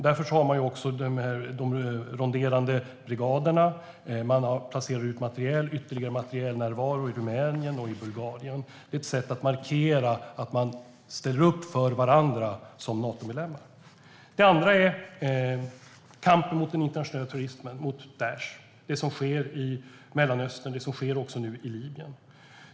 Därför har man också de ronderande brigaderna, och man placerar ut ytterligare materiel i Rumänien och Bulgarien. Det är ett sätt att markera att man ställer upp för varandra som Natomedlemmar. Det andra är kampen mot den internationella terrorismen, mot Daish. Det handlar om det som sker i Mellanöstern och nu också i Libyen.